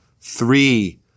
three